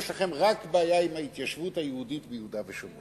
יש לכם בעיה רק עם ההתיישבות היהודית ביהודה ושומרון,